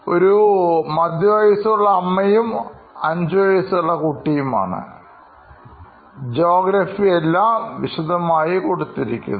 ഓരോ മധ്യ വയസ്സുള്ള അമ്മയും അഞ്ചു വയസ്സായ കുട്ടിയുമാണ് ജോഗ്രഫി എല്ലാം വിശദമായി കൊടുത്തിരിക്കുന്നു